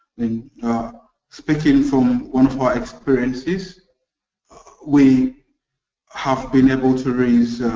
and speaking from one of our experiences we have been able to raise